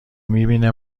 میبینه